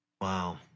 Wow